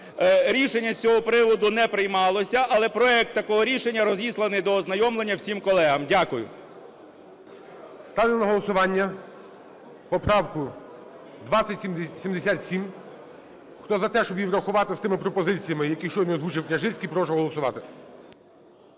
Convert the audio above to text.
Рішення з цього приводу не приймалося, але проект такого рішення розісланий до ознайомлення всім колегам. Дякую. ГОЛОВУЮЧИЙ. Ставлю на голосування поправку 2077. Хто за те, щоб її врахувати з тими пропозиціями, які щойно озвучив Княжицький, прошу голосувати.